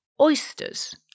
Oysters